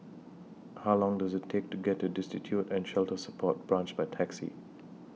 How Long Does IT Take to get to Destitute and Shelter Support Branch By Taxi